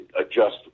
adjust